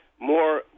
more